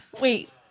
Wait